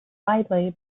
widely